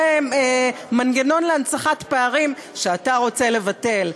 זה מנגנון להנצחת פערים שאתה רוצה לבטל.